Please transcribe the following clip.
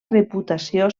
reputació